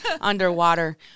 underwater